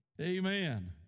Amen